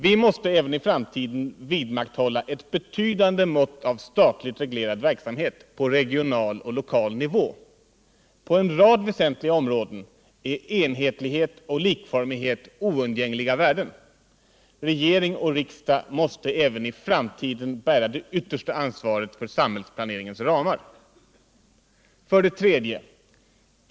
Vi måste även i framtiden vidmakthålla ett betydande mått av statligt reglerad verksamhet på regional och lokal nivå. På en rad väsentliga områden är enhetlighet och likformighet oundgängliga värden. Regering och riksdag måste även i framtiden bära det yttersta ansvaret för samhällsplaneringens ramar. 3.